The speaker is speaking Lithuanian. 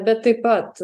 bet taip pat